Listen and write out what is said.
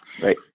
Right